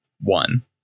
One